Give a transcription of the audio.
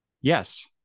Yes